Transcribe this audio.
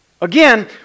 Again